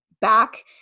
back